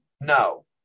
no